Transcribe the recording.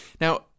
Now